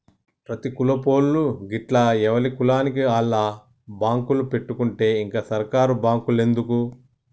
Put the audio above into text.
ప్రతి కులపోళ్లూ గిట్ల ఎవల కులానికి ఆళ్ల బాంకులు పెట్టుకుంటే ఇంక సర్కారు బాంకులెందుకు